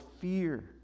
fear